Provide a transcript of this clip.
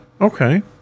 Okay